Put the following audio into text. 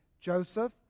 Joseph